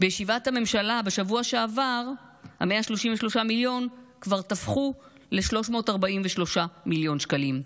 בישיבת הממשלה בשבוע שעבר 133 המיליון כבר תפחו ל-343 מיליון שקלים,